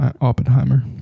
Oppenheimer